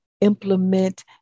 implement